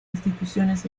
instituciones